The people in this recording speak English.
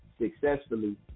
successfully